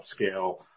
upscale